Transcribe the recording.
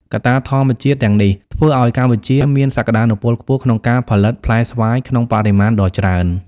កត្តាធម្មជាតិទាំងនេះ ធ្វើឱ្យកម្ពុជាមានសក្តានុពលខ្ពស់ក្នុងការផលិតផ្លែស្វាយក្នុងបរិមាណដ៏ច្រើន។